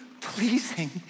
pleasing